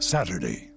Saturday